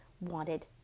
wanted